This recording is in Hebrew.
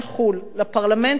לפרלמנט האירופי,